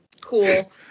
Cool